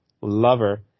lover